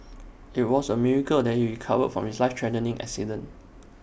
IT was A miracle that he recovered from his life threatening accident